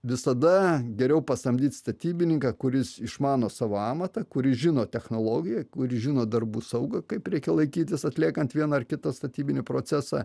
visada geriau pasamdyt statybininką kuris išmano savo amatą kuris žino technologiją kuris žino darbų saugą kaip reikia laikytis atliekant vieną ar kitą statybinį procesą